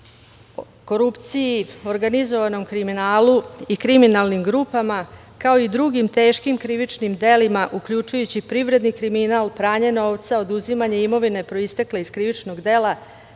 korupciji, organizovanom kriminalu i kriminalnim grupama, kao i drugim teškim krivičnim delima uključujući privredni kriminal, pranje novca, oduzimanje imovine proistekle iz krivičnog dela,